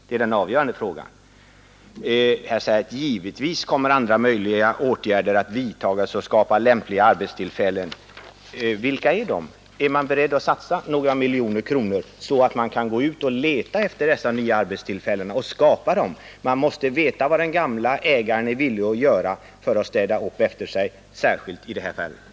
Det är den avgörande frågan. I svaret sägs att ”givetvis andra möjliga åtgärder” kommer att vidtas för att skapa lämpliga arbetstillfällen. Vilka är de? Är man beredd att satsa några miljoner kronor, för att man kan gå ut och leta efter dessa nya arbetstillfällen och skapa dem? Vi måste veta vad den gamla ägaren är villig att göra för att städa upp efter sig, särskilt i det här fallet.